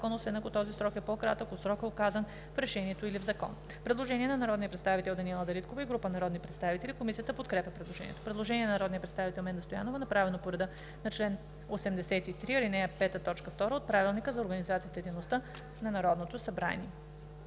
освен ако този срок е по-кратък от срока, указан в решението или в закон.“ Предложение на народния представител Даниела Дариткова и група народни представители. Комисията подкрепя предложението. Предложение на народния представител Менда Стоянова, направено по реда на чл. 83, ал. 5, т. 2 от Правилника за организацията и дейността на Народното събрание.